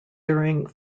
during